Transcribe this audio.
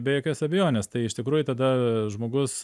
be jokios abejonės tai iš tikrųjų tada žmogus